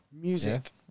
music